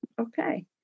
Okay